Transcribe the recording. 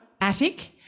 Attic